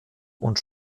und